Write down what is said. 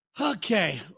Okay